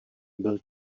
byl